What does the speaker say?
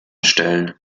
stellen